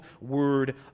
Word